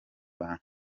bantu